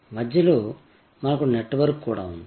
మధ్యలో మనకు నెట్వర్క్ కూడా ఉంది